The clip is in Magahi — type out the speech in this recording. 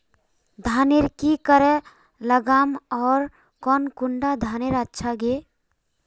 धानेर की करे लगाम ओर कौन कुंडा धानेर अच्छा गे?